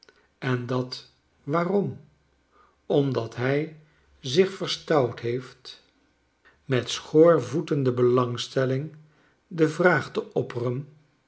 en dat waarom omdat hij zich verstout heeft met schoormijn vertkek voetende belangstelling de vraag te